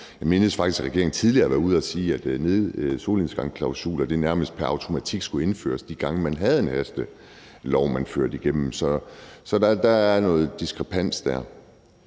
man korrekse mig – at regeringen tidligere har været ude og sige, at solnedgangsklausuler nærmest pr. automatik skulle indføres de gange, man gennemførte en hastelovgivning. Så der er noget diskrepans der.